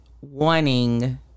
wanting